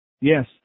Yes